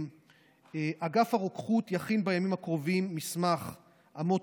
אגף הרוקחות יכין בימים הקרובים מסמך אמות